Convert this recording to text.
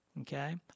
Okay